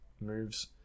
moves